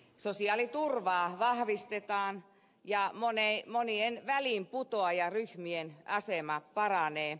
sosiaaliturvaa vahvistetaan ja monien väliinputoajaryhmien asema paranee